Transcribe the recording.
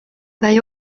they